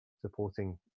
supporting